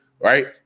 right